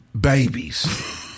Babies